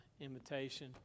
invitation